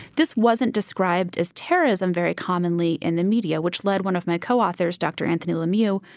this wasn't described as terrorism very commonly in the media, which led one of my co-authors, dr. anthony lemieux,